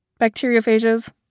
bacteriophages